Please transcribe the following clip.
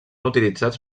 utilitzats